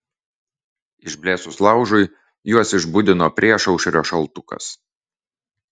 išblėsus laužui juos išbudino priešaušrio šaltukas